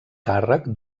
càrrec